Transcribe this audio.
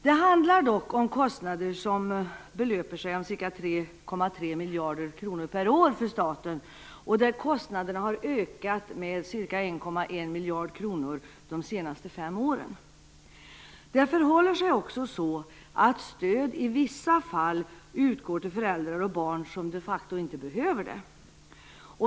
Det handlar dock om kostnader för staten om ca 3,3 miljarder kronor per år, kostnader som under de senaste fem åren har ökat med ca 1,1 miljarder. Det förhåller sig också så, att stöd i vissa fall utgår till föräldrar och barn som de facto inte behöver det.